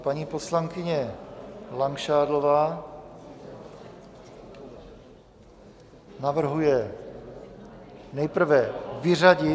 Paní poslankyně Langšádlová navrhuje nejprve vyřadit...